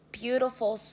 beautiful